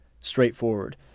straightforward